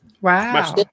Wow